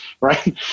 right